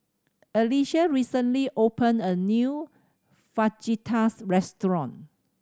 Alicia recently opened a new Fajitas restaurant